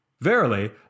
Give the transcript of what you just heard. Verily